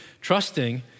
Trusting